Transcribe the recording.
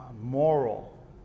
moral